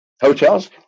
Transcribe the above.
Hotels